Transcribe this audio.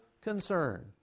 concern